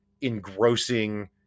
engrossing